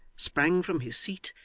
sprang from his seat,